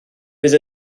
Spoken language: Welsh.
fydd